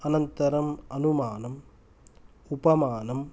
अनन्तरम् अनुमानम् उपमानम्